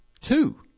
two